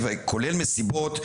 כולל מסיבות,